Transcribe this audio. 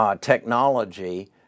technology